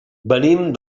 venim